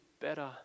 better